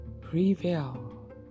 prevail